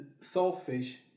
selfish